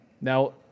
Now